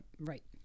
Right